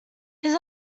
his